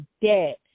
debt